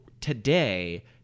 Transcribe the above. today